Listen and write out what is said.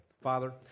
Father